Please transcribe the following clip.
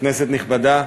כנסת נכבדה,